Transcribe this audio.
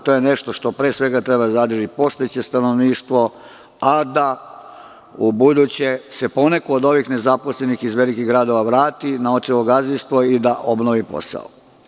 To je nešto što, pre svega, treba da zadrži postojeće stanovništvo, a da u buduće se poneko od ovih nezaposlenih iz velikih gradova vrati na očevo gazdinstvo i da obnovi posao.